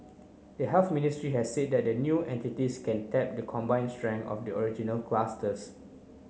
the Health Ministry has said that the new entities can tap the combined strength of the original clusters